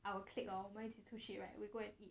our clique hor 我们一起出去 right we go and eat